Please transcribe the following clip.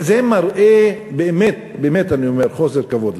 זה מראה, באמת, באמת, אני אומר, חוסר כבוד לכנסת,